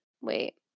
Wait